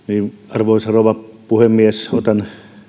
arvoisa rouva puhemies otan